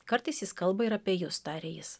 kartais jis kalba ir apie jus tarė jis